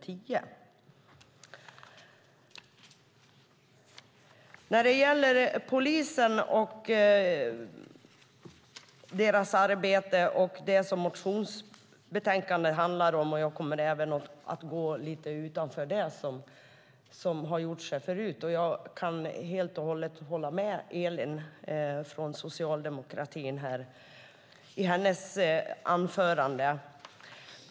Motionsbetänkandet handlar om polisen och deras arbete. Jag kommer även att gå lite utanför det, vilket även andra har gjort här förut. Jag håller helt och hållet med om det Elin från Socialdemokraterna sade i sitt anförande.